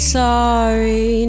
sorry